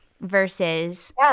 versus